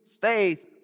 faith